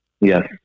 Yes